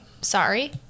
sorry